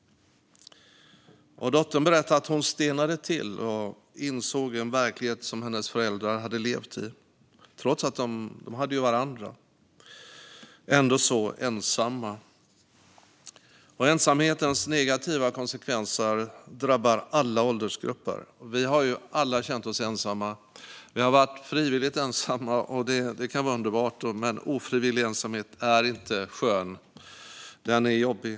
Dottern berättade att hon stelnade till och insåg vilken verklighet hennes föräldrar hade levt i. Trots att de hade haft varandra hade de varit ensamma. Ensamhetens negativa konsekvenser drabbar alla åldersgrupper. Vi har alla känt oss ensamma. Vi har varit frivilligt ensamma, vilket kan vara underbart, men ofrivillig ensamhet är inte skön; den är jobbig.